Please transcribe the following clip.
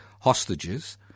hostages